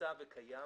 נמצא וקיים